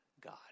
God